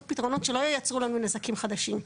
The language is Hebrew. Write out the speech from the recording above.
פתרונות שלא ייצרו לנו נזקים חדשים.